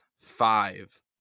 five